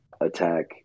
attack